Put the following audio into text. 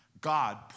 God